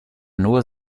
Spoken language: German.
nur